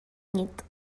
nit